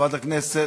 חברת הכנסת,